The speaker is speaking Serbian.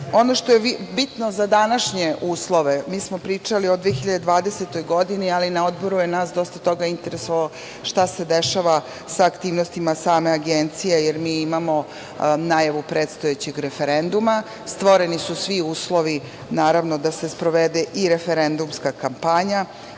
što bitno za današnje uslove, mi smo pričali o 2020. godini, ali je na Odboru nas dosta interesovalo šta se dešava sa aktivnostima same Agencije, jer imamo najavu predstojećeg referenduma. Stvoreni su svi uslovi da se sprovede i referendumska kampanja